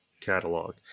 catalog